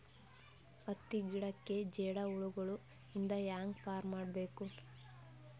ಹತ್ತಿ ಗಿಡಕ್ಕೆ ಜೇಡ ಹುಳಗಳು ಇಂದ ಹ್ಯಾಂಗ್ ಪಾರ್ ಮಾಡಬೇಕು?